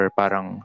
parang